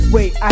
Wait